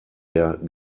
der